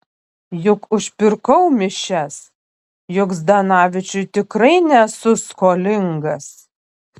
juk užpirkau mišias juk zdanavičiui tikrai nesu skolingas